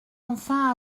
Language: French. enfin